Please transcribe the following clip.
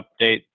update